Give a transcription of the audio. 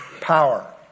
power